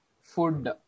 food